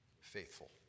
Faithful